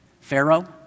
Pharaoh